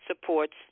supports